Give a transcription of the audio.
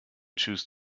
choose